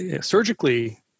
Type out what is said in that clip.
surgically